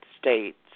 States